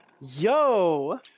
Yo